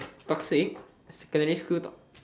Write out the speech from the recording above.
toxic secondary school